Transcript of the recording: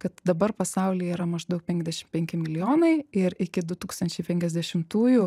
kad dabar pasaulyje yra maždaug penkiasdešim penki milijonai ir iki du tūkstančiai penkiasdešimtųjų